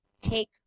take